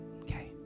Okay